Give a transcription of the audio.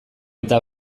eta